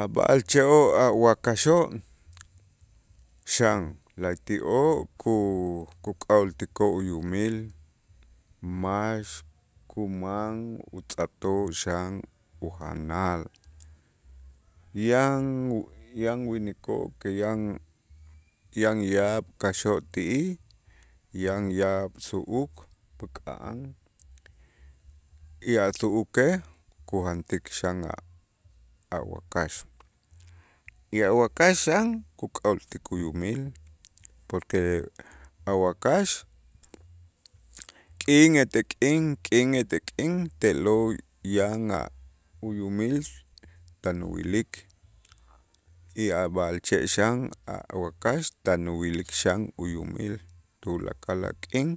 A' b'a'alche'oo' awakaxoo' xan la'ayti'oo' ku- kuk'a'ooltikoo' uyumil max kuman utz'atoo' xan ujanal, yan yan winikoo' que yan yan yaab' kaxoo' ti'ij yan yaab' su'uk päk'a'an y a' su'ukej kujantik xan a' a' wakax, y a' wakax xan kuk'a'ooltik uyumil porque a' wakax k'in ete k'in, k'in ete k'in te'lo' yan a' uyumil tan uwilik y a' b'a'alche' xan a' wakax tan uwilik xan uyumil tulakal a' k'in,